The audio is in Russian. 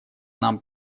нам